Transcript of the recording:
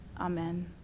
Amen